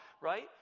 right